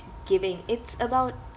giving it's about